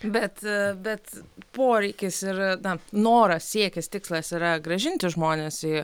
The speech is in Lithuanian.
bet bet poreikis ir na noras siekis tikslas yra grąžinti žmones į